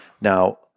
Now